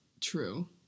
True